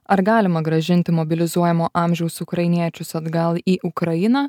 ar galima grąžinti mobilizuojamo amžiaus ukrainiečius atgal į ukrainą